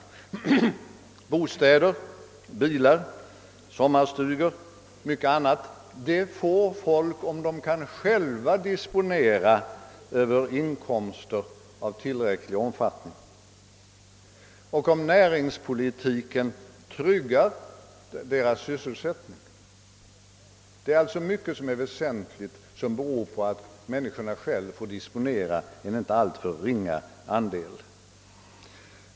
Dessa får sina bostäder, bilar, sommarstugor och mycket annat, om de själva kan disponera över inkomster i tillräcklig omfattning och om näringspolitiken skyddar deras sysselsättning. Det är alltså många väsentliga avsnitt som är beroende av att människorna själva får disponera en inte alltför ringa andel av inkomsterna.